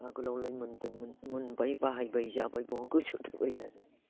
आगोलावलाय मोन्दोंमोन मोनबाय बाहायबाय जाबाय बहा गोसोआव थाबाय थानो